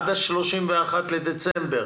עד ה-31 בדצמבר,